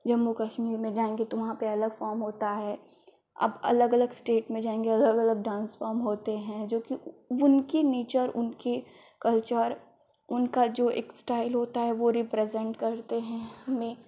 जम्मू कश्मीर में जाएँगे तो वहाँ पर अलग फ़ॉर्म होता है आप अलग अलग स्टेट में जाएँगे अलग अलग डान्स फ़ॉर्म होते हैं जोकि उनके नेचर उनका कल्चर उनका जो एक स्टाइल होता है वह रिप्रेजेन्ट करते हैं हमें